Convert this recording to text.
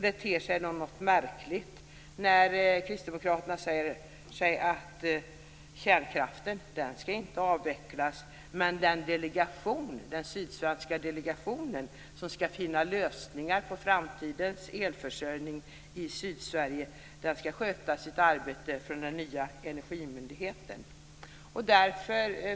Det ter sig något märkligt när kristdemokraterna säger att kärnkraften inte skall avvecklas, men den sydsvenska delegation som skall finna lösningar på framtidens elförsörjning i Sydsverige skall sköta sitt arbete från den nya energimyndigheten. Fru talman!